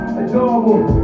adorable